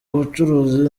ubucuruzi